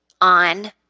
on